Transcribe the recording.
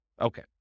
Okay